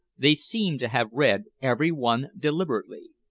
they seem to have read every one deliberately.